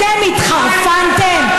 אתם התחרפנתם?